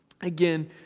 Again